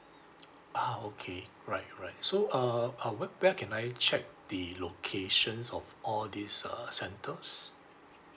ah okay right right so uh uh where where can I check the locations of all these uh centres